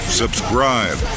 subscribe